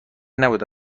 نبود